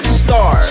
star